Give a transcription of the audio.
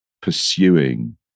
pursuing